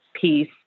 piece